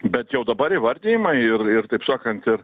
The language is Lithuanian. bet jau dabar įvardijama ir ir taip sakant